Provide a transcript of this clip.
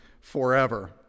forever